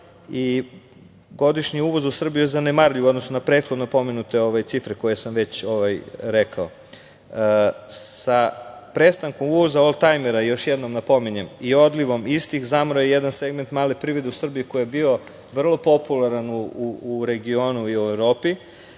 Godišnji uvoz u Srbiju je zanemarljiv u odnosu na prethodno pomenute cifre koje sam već rekao. Sa prestankom uvoza oldtajmera i odlivom istih zamro je jedan segment male privrede u Srbiji koji je bio vrlo popularan u regionu i u Evropi,